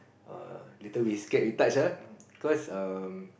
err later we scared we touch ah because um